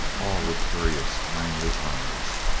all with curious, kindly eyes.